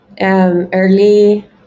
Early